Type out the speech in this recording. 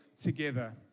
together